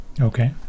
Okay